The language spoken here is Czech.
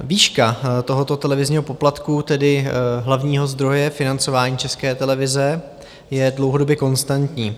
Výška tohoto televizního poplatku, tedy hlavního zdroje financování České televize, je dlouhodobě konstantní.